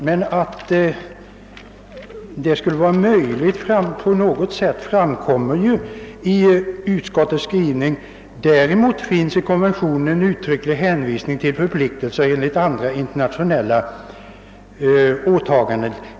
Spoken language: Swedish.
Men att det är möjligt att göra något framgår ju av utskottets skrivning: »Däremot finns i konventionen en uttrycklig hänvisning till förpliktelser enligt andra internationella åtaganden.